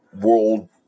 world